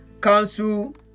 Council